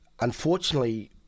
unfortunately